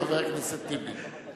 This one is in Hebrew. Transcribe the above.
חבר הכנסת טיבי.